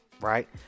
right